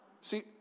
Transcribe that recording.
See